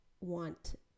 want